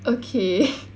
okay